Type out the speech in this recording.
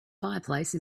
fireplace